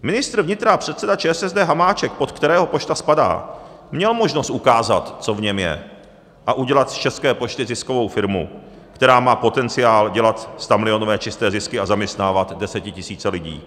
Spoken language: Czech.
Ministr vnitra a předseda ČSSD Hamáček, pod kterého pošta spadá, měl možnost ukázat, co v něm je, a udělat z České pošty ziskovou firmu, která má potenciál dělat stamilionové čisté zisky a zaměstnávat desetitisíce lidí.